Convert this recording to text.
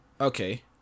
Okay